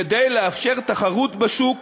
כדי לאפשר תחרות בשוק